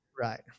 right